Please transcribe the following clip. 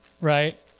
right